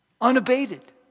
unabated